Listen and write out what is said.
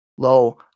Lo